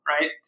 Right